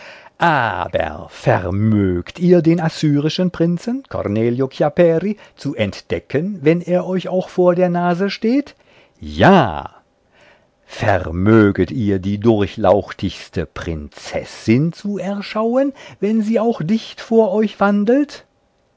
aber vermögt ihr den assyrischen prinzen cornelio chiapperi zu entdecken wenn er euch auch vor der nase steht ja vermöget ihr die durchlauchtigste prinzessin zu erschauen wenn sie auch dicht vor euch wandelt